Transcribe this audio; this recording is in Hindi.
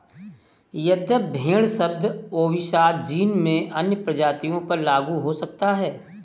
यद्यपि भेड़ शब्द ओविसा जीन में अन्य प्रजातियों पर लागू हो सकता है